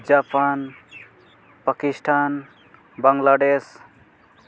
Japan Pakistan Bangladesh